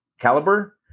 Caliber